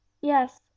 yes